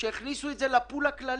שהכניסו את זה לפול הכללי.